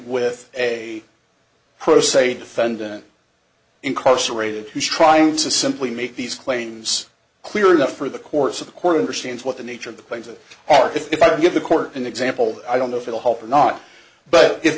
with a pro se defendant incarcerated trying to simply make these claims clear enough for the course of the court understands what the nature of the claims that are if i give the court an example i don't know if it'll help or not but if